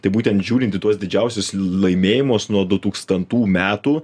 tai būtent žiūrint į tuo didžiausius laimėjimus nuo du tūkstantų metų